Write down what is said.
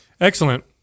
Excellent